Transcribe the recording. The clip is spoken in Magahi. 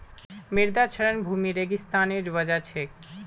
मृदा क्षरण भूमि रेगिस्तानीकरनेर वजह छेक